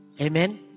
Amen